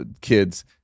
kids